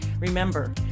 Remember